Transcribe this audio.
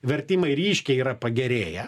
vertimai ryškiai yra pagerėję